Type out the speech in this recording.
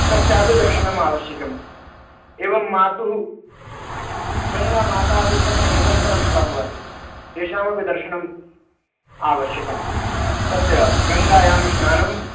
तस्यापि दर्शनम् आवश्यकम् एवं मातुः गङ्गामातापि तत्र निरन्तरं प्रवहति तेषामपि दर्शनम् आवश्यकम् तस्य गङ्गायां स्नानम्